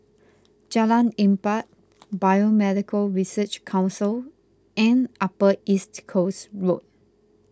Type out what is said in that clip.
Jalan Empat Biomedical Research Council and Upper East Coast Road